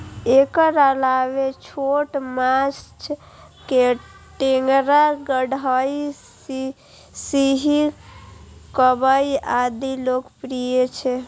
एकर अलावे छोट माछ मे टेंगरा, गड़ई, सिंही, कबई आदि लोकप्रिय छै